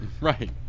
Right